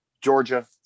Georgia